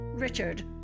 Richard